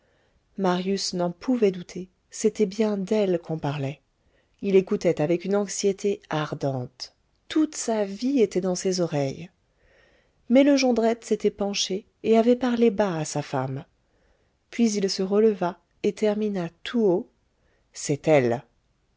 marius n'en pouvait douter c'était bien d'elle qu'on parlait il écoutait avec une anxiété ardente toute sa vie était dans ses oreilles mais le jondrette s'était penché et avait parlé bas à sa femme puis il se releva et termina tout haut c'est elle